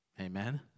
Amen